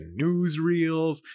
newsreels